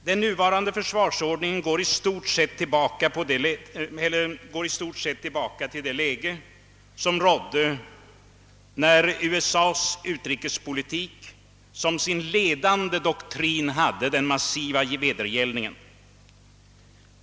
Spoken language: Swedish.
Den nuvarande försvarsordningen går i stort sett tillbaka till det läge som rådde när USA:s utrikespolitik som sin l1edande doktrin hade den massiva vedergällningen.